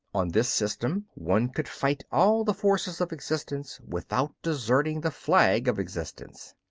on this system one could fight all the forces of existence without deserting the flag of existence.